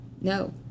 no